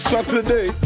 Saturday